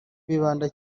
bibanda